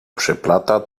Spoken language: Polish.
przeplata